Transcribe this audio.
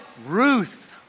Ruth